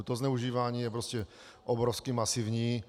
To zneužívání je prostě obrovsky masivní.